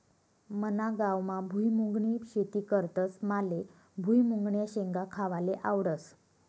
मना गावमा भुईमुंगनी शेती करतस माले भुईमुंगन्या शेंगा खावाले आवडस